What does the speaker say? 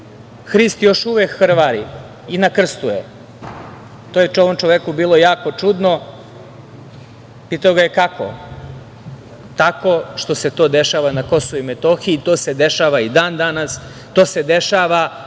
„Hrist još uvek krvari i na krstu je“. To je ovom čoveku bilo jako čudno. Pitao ga je: „Kako?“ Tako što se to dešava na Kosovu i Metohiji, to se dešava i dan-danas, to se dešava